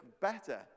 better